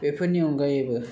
बेफोरनि अनगायैबो